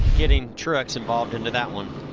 getting truex involved into that one.